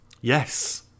yes